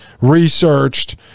researched